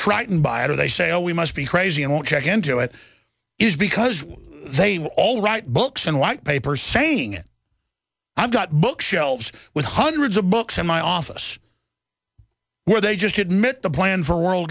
frightened by it or they say oh we must be crazy and won't check into it is because they were all write books and white paper saying it i've got bookshelves with hundreds of books in my office where they just admit the plan for world